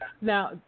Now